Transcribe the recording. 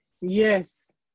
Yes